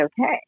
okay